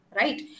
Right